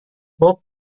bob